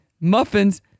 muffins